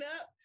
up